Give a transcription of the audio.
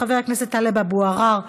חבר הכנסת טלב אבו עראר,